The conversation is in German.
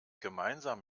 gemeinsam